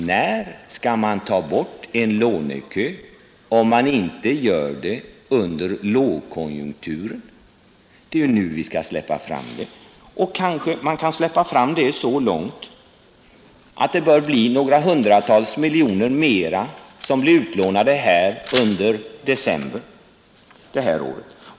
När skall man ta bort en lånekö, om man inte gör det under lågkonjunkturen? Det är ju nu vi skall släppa fram det, och kanske man kan släppa fram det så långt att det bör bli några hundratals miljoner mera som blir utlånade under december det här året.